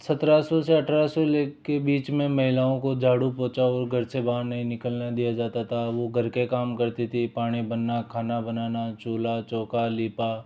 सत्रह सौ से अठारह सौ से लेकर के बीच में महिलाओं को झाड़ू पोछा और घर से बाहर नहीं निकलने दिया जाता था वो घर के काम करती थी पानी भरना खाना बनाना चूल्हा चौका लीपा